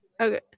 okay